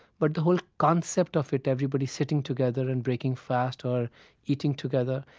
but the whole concept of it, everybody sitting together and breaking fast or eating together.